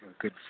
good